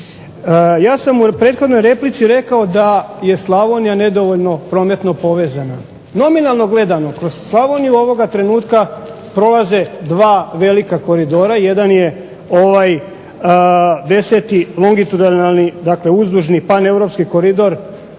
Ja sam u prethodnoj replici rekao da je Slavonija nedovoljno prometno povezana. Nominalno gledano kroz Slavoniju ovoga trenutka prolaze dva velika koridora, jedan je ovaj 10. longitudalni, dakle uzdužni pan europski koridor